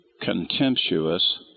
contemptuous